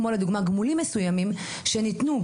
כמו לדוגמה גמולים מסוימים שניתנו,